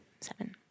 Seven